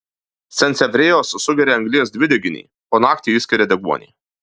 sansevjeros sugeria anglies dvideginį o naktį išskiria deguonį